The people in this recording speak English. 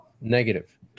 negative